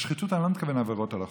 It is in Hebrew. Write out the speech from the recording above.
בשחיתות אני לא מתכוון לעבירות על החוק,